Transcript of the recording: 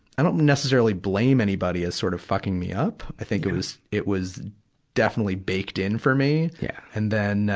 i don't necessarily blame anybody as sort of fucking me up. i think it was, it was definitely baked in for me. yeah and then,